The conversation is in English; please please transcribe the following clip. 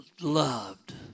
loved